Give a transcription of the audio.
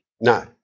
No